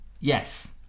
Yes